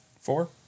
Four